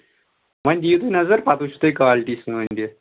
وۄنۍ دِیِو تُہۍ نَظر پَتہٕ وٕچھِو تُہۍ کالٹی سٲنۍ تہِ